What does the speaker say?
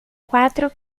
quatro